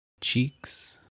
cheeks